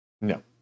No